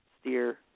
steer